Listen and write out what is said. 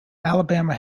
alabama